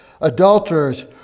adulterers